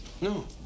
no